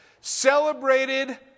celebrated